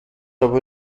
aber